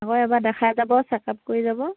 আকৌ এবাৰ দেখাই যাব চেকআপ কৰি যাব